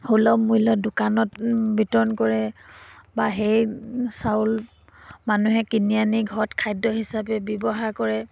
সুলভ মূল্যৰ দোকানত বিতৰণ কৰে বা সেই চাউল মানুহে কিনি আনি ঘৰত খাদ্য হিচাপে ব্যৱহাৰ কৰে